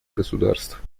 государств